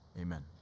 amen